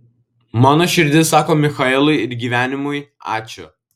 mano širdis sako michaelui ir gyvenimui ačiū